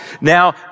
now